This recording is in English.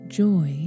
joy